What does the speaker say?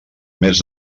més